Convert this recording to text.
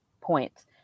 points